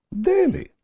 Daily